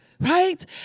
Right